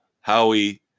howie